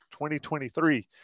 2023